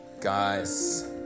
Guys